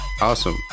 Awesome